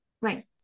Right